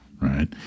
right